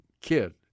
kid